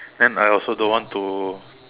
then I also don't want to